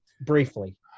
briefly